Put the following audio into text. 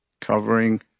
covering